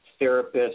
therapists